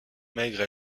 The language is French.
maigre